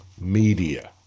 media